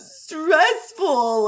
stressful